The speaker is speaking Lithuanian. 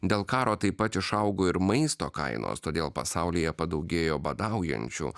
dėl karo taip pat išaugo ir maisto kainos todėl pasaulyje padaugėjo badaujančių